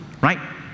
right